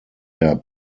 der